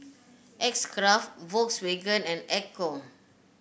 X Craft Volkswagen and Ecco